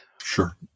sure